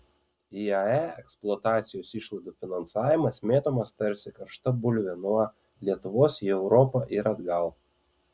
iae eksploatacijos išlaidų finansavimas mėtomas tarsi karšta bulvė nuo lietuvos į europą ir atgal